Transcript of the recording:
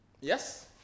Yes